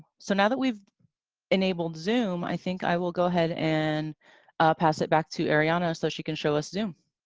so, now that we've enabled zoom, i think i will go ahead and pass it back to arianna, so she can show us zoom.